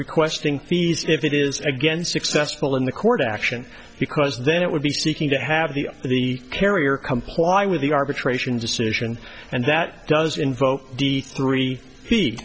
requesting fees if it is again successful in the court action because then it would be seeking to have the the carrier comply with the arbitration decision and that does invoke de three